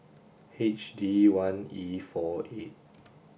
H D one E four eight